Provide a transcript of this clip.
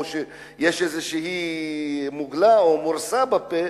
או כשיש מוגלה או מורסה בפה,